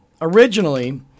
Originally